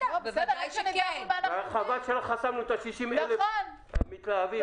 רק חבל שלא חסמנו את ה-60,000 המתלהבים